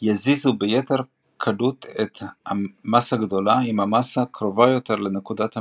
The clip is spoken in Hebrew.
יזיז ביתר קלות מסה גדולה אם המסה קרובה יותר לנקודת המשען,